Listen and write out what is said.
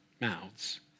mouths